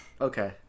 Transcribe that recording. okay